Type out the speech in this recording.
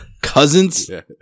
Cousins